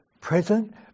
present